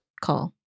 call